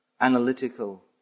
analytical